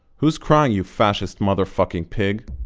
who's crying, you fascist motherfucking pig.